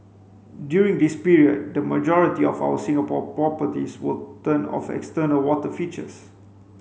during this period the majority of our Singapore properties will turn off external water features